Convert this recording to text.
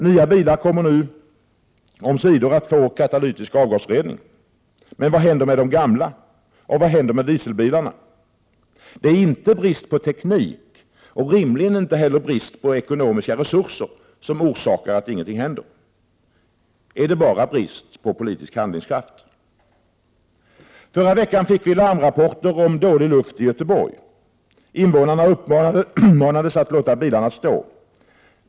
Nya bilar kommer nu omsider att få katalytisk avgasrening. Men vad händer med de gamla? Och vad händer med dieselbilarna? Det är inte brist på teknik och rimligen inte heller brist på ekonomiska resurser som orsakar att ingenting händer. Är det bara brist på politisk handlingskraft? Förra veckan fick vi larmrapporter om dålig luft i Göteborg. Invånarna uppmanades att låta bilarna stå.